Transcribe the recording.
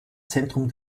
zentrum